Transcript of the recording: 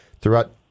throughout